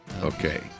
Okay